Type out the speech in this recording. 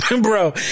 Bro